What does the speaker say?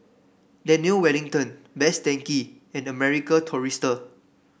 Daniel Wellington Best Denki and the American Tourister